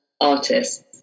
artists